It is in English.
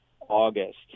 August